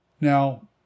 Now